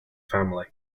family